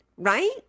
right